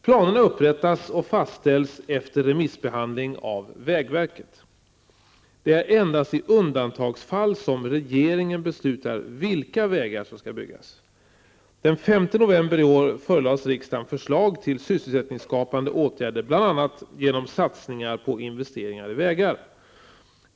Planerna upprättas och fastställs efter remissbehandling av vägverket. Det är endast i undantagsfall som regeringen beslutar vilka vägar som skall byggas. Den 5 november i år förelades riksdagen förslag till sysselsättningsskapande åtgärder bl.a. genom satsningar på investeringar i vägar.